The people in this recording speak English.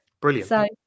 brilliant